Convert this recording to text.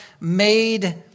made